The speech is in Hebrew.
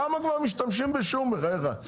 כמה כבר משתמשים בשום, בחייך?